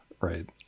right